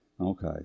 Okay